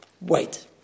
wait